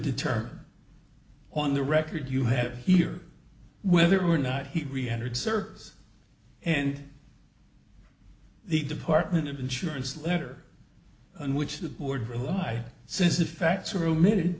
determine on the record you have here whether or not he reentered circs and the department of insurance letter and which the board rely since the facts are omitted